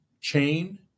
chain